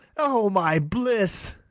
o my bliss!